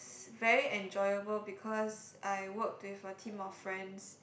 very enjoyable because I worked with a team of friends